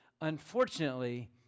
Unfortunately